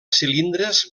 cilindres